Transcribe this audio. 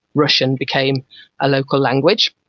russian became a local language.